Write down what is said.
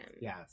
Yes